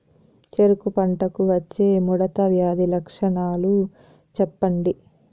చెరుకు పంటకు వచ్చే ముడత వ్యాధి లక్షణాలు చెప్పండి?